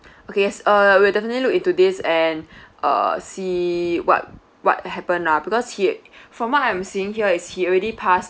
okay s~ uh we'll definitely look into this and uh see what what happen lah because he from what I'm seeing here is he already pass